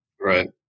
Right